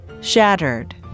shattered